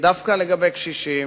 דווקא לגבי קשישים